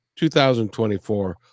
2024